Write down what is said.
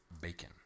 bacon